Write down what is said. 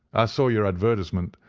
i saw your advertisement,